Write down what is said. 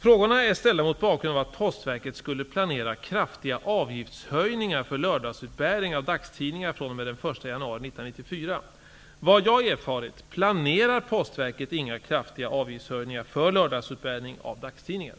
Frågorna är ställda mot bakgrund av att Postverket skulle planera kraftiga avgiftshöjningar för lördagsutbärning av dagstidningar från och med den 1 januari 1994. Vad jag erfarit planerar Postverket inga kraftiga avgiftshöjningar för lördagsutbärning av dagstidningar.